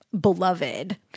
Beloved